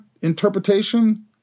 interpretation